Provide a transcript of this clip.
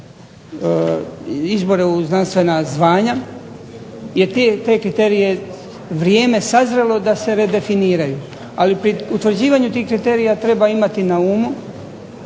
izbore u znanstvena zvanja jer te kriterije, vrijeme je sazrelo da se redefiniraju. Ali pri utvrđivanju tih kriterija treba imati na umu